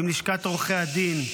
עם לשכת עורכי הדין,